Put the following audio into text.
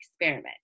experiment